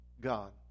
God